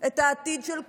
את העתיד של כולנו.